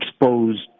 exposed